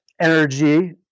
energy